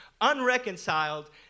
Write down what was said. unreconciled